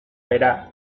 bera